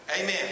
Amen